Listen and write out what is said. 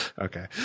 Okay